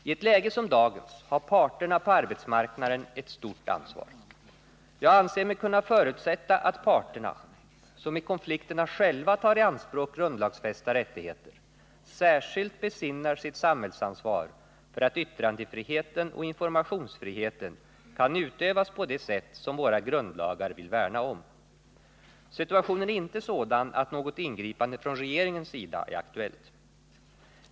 : I ett läge som dagens har parterna på arbetsmarknaden ett stort ansvar. Jag anser mig kunna förutsätta att parterna — som i konflikterna själva tar i anspråk grundlagsfästa rättigheter — särskilt besinnar sitt samhällsansvar för att yttrandefriheten och informationsfriheten kan utövas på det sätt som våra grundlagar vill värna om. Situationen är inte sådan att något ingripande från regeringens sida är aktuellt.